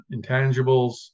intangibles